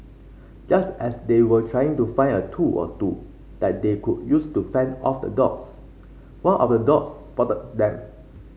just as they were trying to find a tool or two that they could use to fend off the dogs one of the dogs spotted them